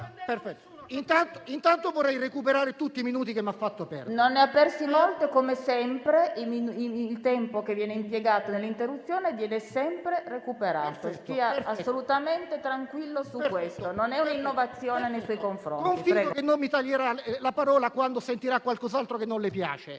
Intanto vorrei recuperare tutti i minuti che mi ha fatto perdere. PRESIDENTE. Non ne ha persi molti e, come sempre, il tempo che viene impiegato nelle interruzioni viene recuperato. Stia assolutamente tranquillo su questo, non è un'innovazione nei suoi confronti. FAZZOLARI *(FdI)*. Confido che non mi toglierà la parola quando sentirà qualcos'altro che non le piace.